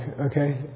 okay